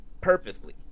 purposely